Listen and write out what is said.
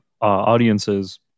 audiences